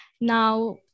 Now